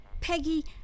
Peggy